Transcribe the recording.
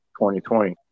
2020